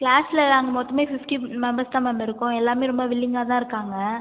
கிளாஸில் நாங்கள் மொத்தமே ஃபிஃப்ட்டி மெம்பர்ஸ் தான் மேம் இருக்கோம் எல்லாமே ரொம்ப வில்லிங்காக தான் இருக்காங்க